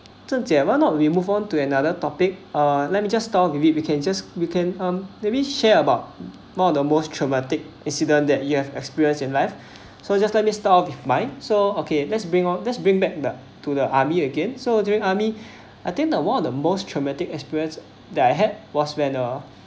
zhen jie why not we move on to another topic uh let me just start with it we can just we can um maybe share about one of the most traumatic incident that you have experience in life so just let me start off with mine so okay let's bring on let's bring back the to the army again so during army I think the one of the most traumatic experience that I had was when uh